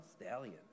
stallion